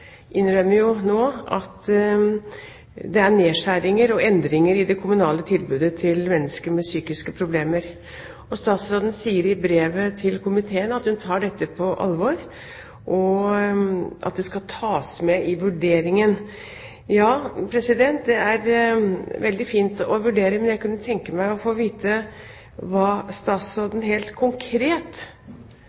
nå at det er nedskjæringer og endringer i det kommunale tilbudet til mennesker med psykiske problemer. Statsråden sier i brevet til komiteen at hun tar dette «på alvor», og at det skal «tas med i vurderingen». Det er veldig fint å vurdere, men jeg kunne tenke meg å få vite hva statsråden helt konkret